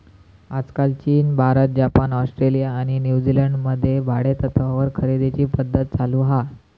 आजकाल Chin, Bharat, Japan, Australia आणि New Zealand मध्ये भाडेतत्त्वावर खरेदीची पध्दत चालु हा